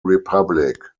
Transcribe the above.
republic